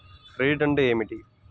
Credit అంటే ఏమిటి?